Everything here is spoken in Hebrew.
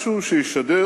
משהו שישדר